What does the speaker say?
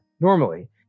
normally